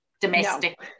domestic